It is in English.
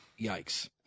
Yikes